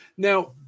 Now